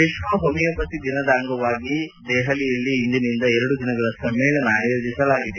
ವಿಶ್ವ ಹೊಮಿಯೋಪತಿ ದಿನದ ಅಂಗವಾಗಿ ದೆಹಲಿಯಲ್ಲಿ ಇಂದಿನಿಂದ ಎರಡು ದಿನಗಳ ಸಮ್ನೇಳನ ಆಯೋಜಿಸಲಾಗಿದೆ